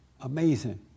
Amazing